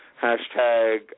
hashtag